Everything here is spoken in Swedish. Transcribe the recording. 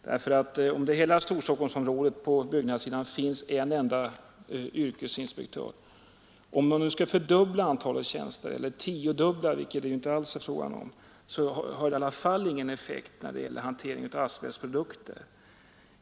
Om det i hela Storstockholmsområdet finns en enda yrkesinspektör på byggnadssidan och om man fördubblar antalet tjänster eller tiodubblar det — vilket det inte alls är frågan om — så har det i alla fall ingen effekt på hanteringen av asbestprodukter.